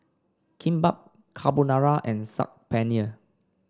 Kimbap Carbonara and Saag Paneer